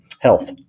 health